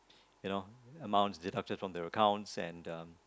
you know amounts deducted from their accounts and um